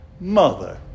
mother